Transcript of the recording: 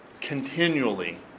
continually